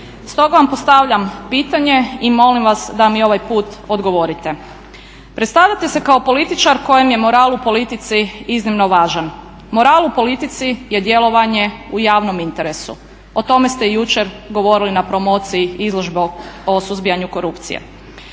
Stoga vam postavljam pitanje i molim vas da mi ovaj put odgovorite. Predstavljate se kao političar kojem je moral u politici iznimno važan. Moral u politici je djelovanje u javnom interesu, o tome ste i jučer govorili na promociji izložbe o suzbijanju korupcije.